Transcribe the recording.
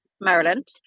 Maryland